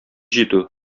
җитү